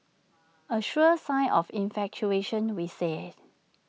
A sure sign of infatuation we say